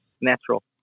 natural